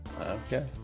okay